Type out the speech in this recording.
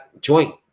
joint